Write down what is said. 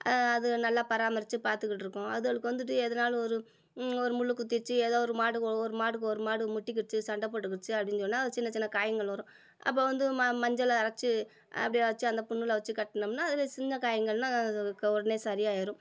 அது நல்லா பராமித்து பார்த்துக்கிட்டுருக்கோம் அதுங்களுக்கு வந்துட்டு எதுனாலும் ஒரு ஒரு முள் குத்திடிச்சு ஏதோ ஒரு மாடு ஓ ஒரு மாடுக்கு ஒரு மாடு முட்டிக்கிச்சு சண்டப்போட்டுக்கிச்சு அப்படின்னு சொன்னால் அது சின்ன சின்ன காயங்கள் வரும் அப்போ வந்து ம மஞ்சளை அரைச்சி அப்படியே வச்சி அந்த புண்ணில் வச்சு கட்டுணம்ன்னால் அதில் சின்ன காயங்கள்ன்னால் அது அதுங்களுக்கு உடனே சரியாயிடும்